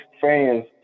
fans